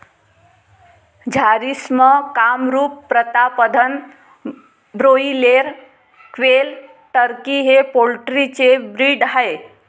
Jharsim, Kamrup, Pratapdhan, broiler, quail, turkey हे poultry चे breed आहेत